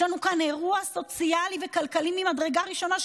יש לנו כאן אירוע סוציאלי וכלכלי ממדרגה ראשונה,